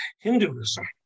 Hinduism